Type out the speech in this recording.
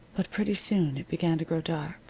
but pretty soon it began to grow dark,